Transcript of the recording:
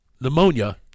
pneumonia